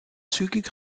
zügig